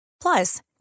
Plus